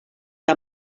que